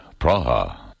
Praha